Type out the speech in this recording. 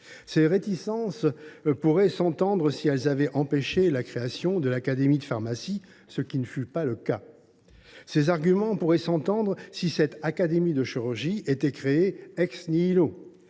Ces réticences pourraient s’entendre si elles avaient empêché la création de l’Académie nationale de pharmacie, ce qui ne fut pas le cas. Ces arguments pourraient s’entendre si l’Académie nationale de chirurgie était créée. Or celle